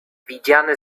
widziane